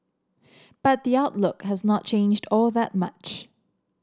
but the outlook has not changed all that much